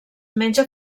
menja